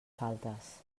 faltes